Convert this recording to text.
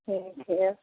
हे एहिठिन आएब